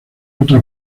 otra